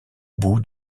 bout